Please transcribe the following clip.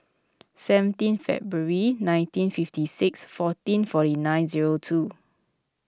seventeen February nineteen fifty six fourteen forty nine zero two